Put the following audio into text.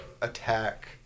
attack